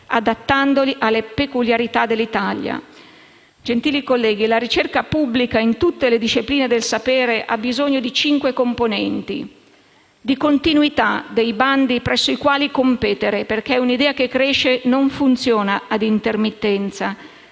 adattandoli alle peculiarità dell'Italia. Gentili colleghi, la ricerca pubblica in tutte le discipline del sapere ha bisogno di cinque componenti: continuità dei bandi presso i quali competere, perché un'idea che cresce non funziona ad intermittenza;